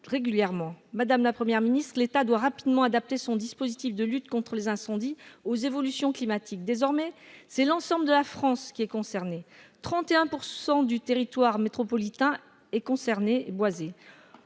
régulièrement ... Madame la Première ministre, l'État doit rapidement adapter son dispositif de lutte contre les incendies aux évolutions climatiques. Désormais, l'ensemble de la France est concerné : 31 % du territoire métropolitain est boisé.